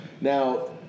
Now